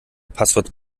passwort